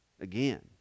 again